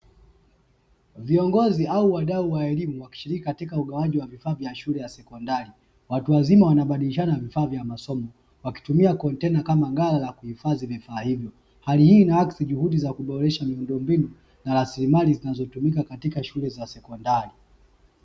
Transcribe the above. Viongozi au wadau wa elimu wakishiriki katika ugawaji wa vifaa vya shule ya sekondari. Watu wazima wanabadilishana vifaa vya masomo, wakitumia kontena kama ghala la kuhifadhi vifaa hivyo. Hali hii inaakisi juhudi za kuboresha miundombinu na rasilimali zinazotumika katika shule za sekondari.